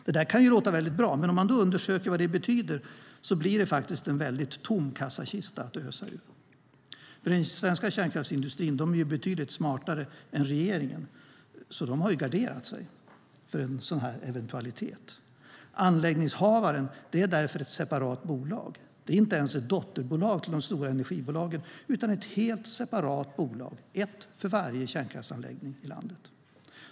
Det kan låta bra, men om man undersöker vad det betyder blir det en tom kassakista att ösa ur. Den svenska kärnkraftsindustrin är betydligt smartare än regeringen, så den har garderat sig för en sådan eventualitet. Anläggningshavaren är därför ett separat bolag. Det är inte ens ett dotterbolag till de stora energibolagen utan ett helt separat bolag; ett för varje kärnkraftsanläggning i landet.